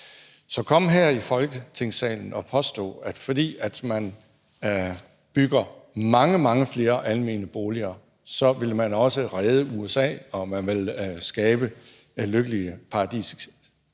at komme her i Folketingssalen og påstå, at fordi man bygger mange, mange flere almene boliger, vil man også redde USA og man vil skabe lykkelige, paradisiske